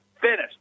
finished